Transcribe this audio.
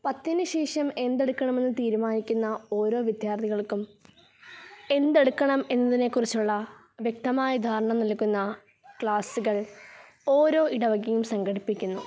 പത്തിനു ശേഷം എന്തെടുക്കണമെന്നു തീരുമാനിക്കുന്ന ഓരോ വിദ്യാർത്ഥികൾക്കും എന്തെടുക്കണം എന്നതിനേക്കുറിച്ചുള്ള വ്യക്തമായ ധാരണ നൽകുന്ന ക്ലാസ്സുകൾ ഓരോ ഇടവകയും സംഘടിപ്പിക്കുന്നു